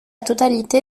totalité